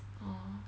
orh